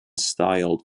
styled